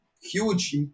huge